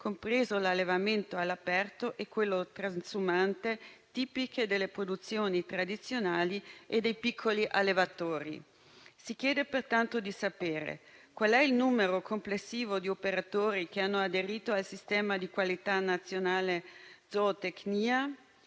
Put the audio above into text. compreso l'allevamento all'aperto e quello transumante, tipiche delle produzioni tradizionali e dei piccoli allevatori. Si chiede pertanto di sapere: qual è il numero complessivo di operatori che hanno aderito al Sistema di qualità nazionale zootecnia;